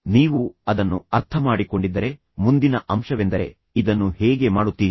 ಈಗ ನೀವು ಅದನ್ನು ಅರ್ಥಮಾಡಿಕೊಂಡಿದ್ದರೆ ಈಗ ಮುಂದಿನ ಅಂಶವೆಂದರೆ ನೀವು ಇದನ್ನು ಹೇಗೆ ಮಾಡುತ್ತೀರಿ